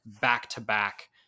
back-to-back